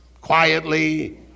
quietly